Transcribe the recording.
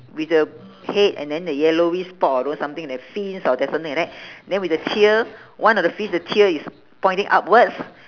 with the head and then the yellowish spot or those something like fins or there's something like that then with the tail one of the fish the tail is pointing upwards